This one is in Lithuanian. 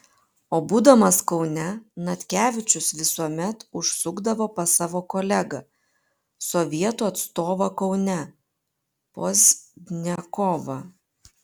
o būdamas kaune natkevičius visuomet užsukdavo pas savo kolegą sovietų atstovą kaune pozdniakovą